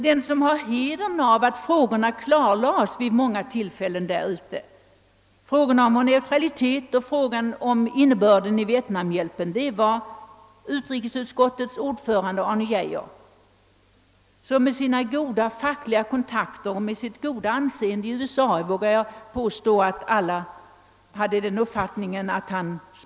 Den som har hedern av att frågan om vår neutralitet och frågan om innebörden av löftet om Vietnamhjälp vid många tillfällen klarlades där ute var utrikesutskottets ordförande Arne Geijer. Med tanke på hans goda fackliga kontakter och hans goda anseende i USA vågar jag påstå att hans person därvidlag betydde mycket.